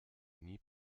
nie